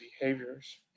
behaviors